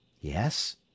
Yes